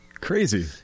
Crazy